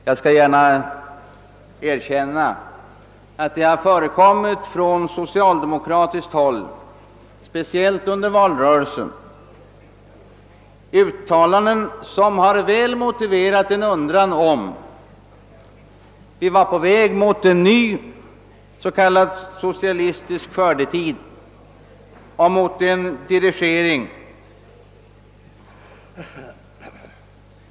Jag skall gärna erkänna att det från socialdemokratiskt håll, speciellt under valrörelsen, förekommit uttalanden som väl har motiverat en undran, huruvida vi är på väg mot en ny s.k. socialistisk skördetid och mot ökad dirigering.